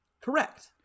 correct